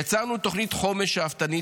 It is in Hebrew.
יצרנו תוכנית חומש שאפתנית,